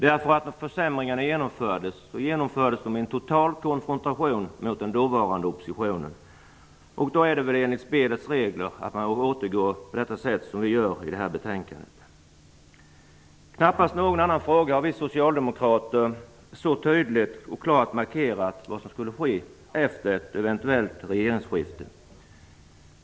När försämringarna genomfördes, gjordes det i en total konfrontation med den dåvarande oppositionen. Då är det väl enligt spelets regler att man återgår på det sätt som vi gör i det här betänkandet. I knappast någon annan fråga har vi socialdemokrater så tydligt och klart markerat vad som skulle ske efter ett eventuellt regeringsskifte.